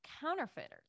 counterfeiters